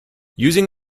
using